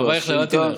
הרב אייכלר,